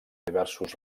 diversos